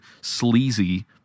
sleazy